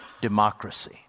democracy